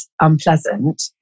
unpleasant